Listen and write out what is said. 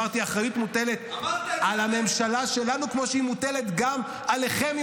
אמרתי: האחריות מוטלת על הממשלה שלנו כמו שהיא מוטלת גם עליכם,